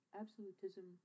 absolutism